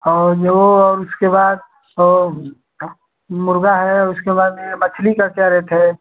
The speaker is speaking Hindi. और जो और उसके बाद और मुर्गा है उसके बाद यह मछली का क्या रेट है